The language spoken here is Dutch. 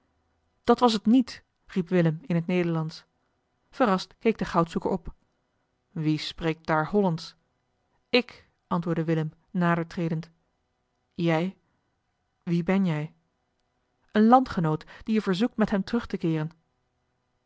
dat was het niet riep willem in het nederlandsch verrast keek de goudzoeker op wie spreekt daar hollandsch ik antwoordde willem nader tredend jij wie ben jij een landgenoot die je verzoekt met hem terug te keeren